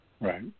Right